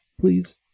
please